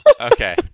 Okay